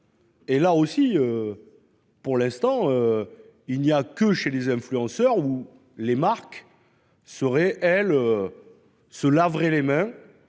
Et là aussi. Pour l'instant. Il n'y a que chez les influenceurs ou les marques seraient elle. Se laverait les mains